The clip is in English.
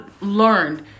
learned